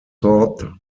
thought